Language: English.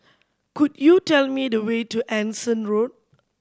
could you tell me the way to Anson Road